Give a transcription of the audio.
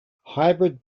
hybrid